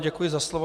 Děkuji za slovo.